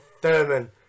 Thurman